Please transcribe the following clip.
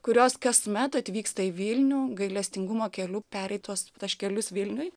kurios kasmet atvyksta į vilnių gailestingumo keliu pereit tuos taškelius vilniuj